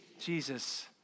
Jesus